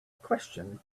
questioned